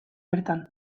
bertan